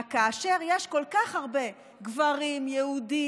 רק כאשר יש כל כך הרבה גברים יהודים,